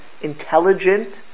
intelligent